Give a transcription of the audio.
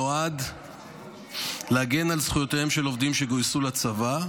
נועד להגן על זכויותיהם של עובדים שגויסו לצבא,